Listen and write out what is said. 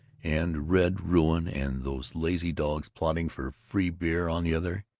and red ruin and those lazy dogs plotting for free beer on the other,